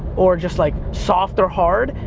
or just, like, soft or hard,